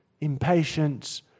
impatience